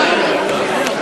פרסמו ברשומות.